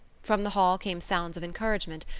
from the hall came sounds of encouragement,